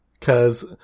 Cause